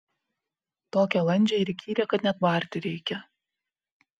tokią landžią ir įkyrią kad net barti reikia